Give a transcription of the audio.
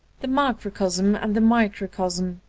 the macrocosm and the microcosm!